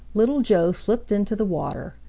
little joe slipped into the water.